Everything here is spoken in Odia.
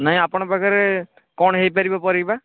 ନାଇଁ ଆପଣଙ୍କ ପାଖରେ କ'ଣ ହୋଇପାରିବ ପାରିବ ପରିବା